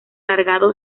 alargado